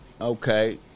Okay